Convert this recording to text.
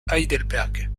heidelberg